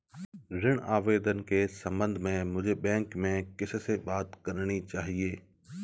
ऋण आवेदन के संबंध में मुझे बैंक में किससे बात करनी चाहिए?